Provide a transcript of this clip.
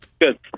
Good